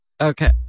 okay